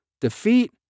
Defeat